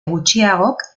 gutxiagok